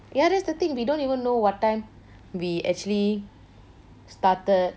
ya that's the thing we don't even know what time we actually started